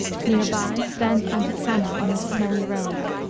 near by stands antisana in his snowy robe.